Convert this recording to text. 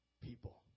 people